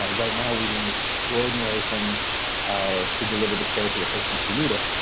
ah right now, we're doing extraordinary things to deliver the care to the patients who need it,